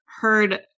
heard